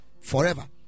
Forever